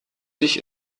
sich